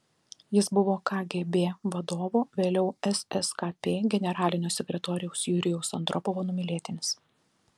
jis buvo kgb vadovo vėliau sskp generalinio sekretoriaus jurijaus andropovo numylėtinis